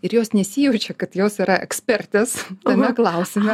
ir jos nesijaučia kad jos yra ekspertės tame klausime